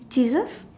Jesus